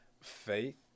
Faith